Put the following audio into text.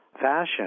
fashion